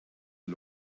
der